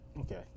okay